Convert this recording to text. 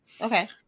Okay